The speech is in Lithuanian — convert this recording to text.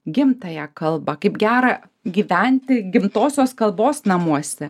gimtąją kalbą kaip gera gyventi gimtosios kalbos namuose